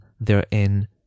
therein